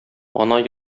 ана